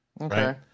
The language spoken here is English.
Okay